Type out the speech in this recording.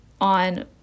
on